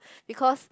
because